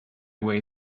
way